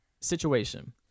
Situation